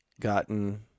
gotten